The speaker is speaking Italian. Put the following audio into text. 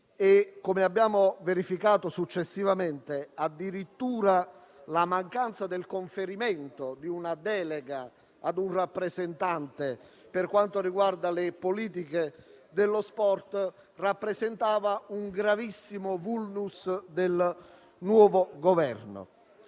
come abbiamo verificato successivamente, addirittura la mancanza del conferimento di una delega in materia di politiche dello sport rappresentano un gravissimo *vulnus* del nuovo Governo.